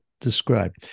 describe